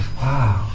wow